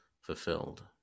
fulfilled